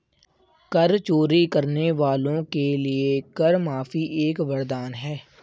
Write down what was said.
कर चोरी करने वालों के लिए कर माफी एक वरदान है